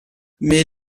mais